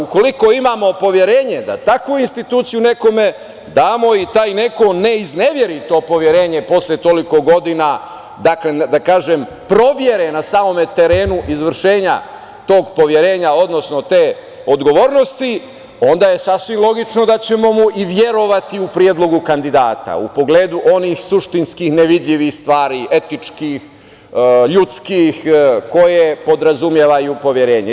Ukoliko imamo poverenje da takvu instituciju nekome damo i taj neko ne izneveri to poverenje posle toliko godina, da kažem, proverena na samom terenu izvršenja tog poverenja, odnosno te odgovornosti, onda je sasvim logično da ćemo mu i verovati u predlogu kandidata, u pogledu onih suštinskih nevidljivih stvari, etičkih, ljudskih, koje podrazumevaju poverenje.